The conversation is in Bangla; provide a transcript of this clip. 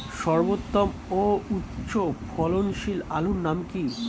সর্বোত্তম ও উচ্চ ফলনশীল আলুর নাম কি?